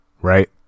Right